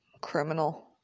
criminal